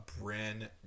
brand